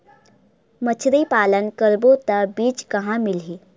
मछरी पालन करबो त बीज कहां मिलही?